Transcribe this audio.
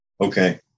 Okay